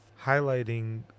highlighting